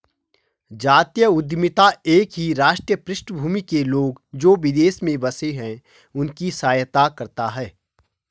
जातीय उद्यमिता एक ही राष्ट्रीय पृष्ठभूमि के लोग, जो विदेश में बसे हैं उनकी सहायता करता है